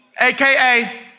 aka